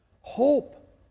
Hope